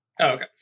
Okay